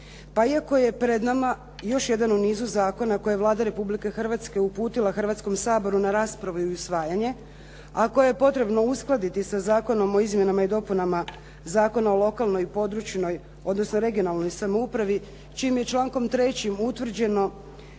Pa iako je pred nama još jedan u nizu zakona koji je Vlada Republike Hrvatske uputila Hrvatskom saboru na raspravu i usvajanje, a koje je potrebno uskladiti sa Zakonom o izmjenama i dopunama Zakona o lokalnoj i područnoj odnosno regionalnoj samoupravi čijim je člankom 3. utvrđeno,